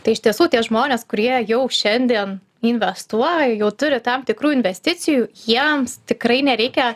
tai iš tiesų tie žmonės kurie jau šiandien investuoja jau turi tam tikrų investicijų jiems tikrai nereikia